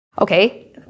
Okay